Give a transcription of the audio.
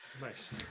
nice